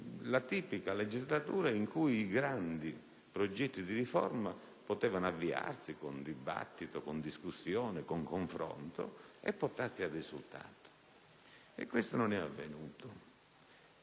la tipica legislatura in cui i grandi progetti di riforma potevano avviarsi con dibattito, discussione e confronto e portarsi al risultato. Ciò, però, non è avvenuto: